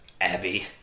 Abby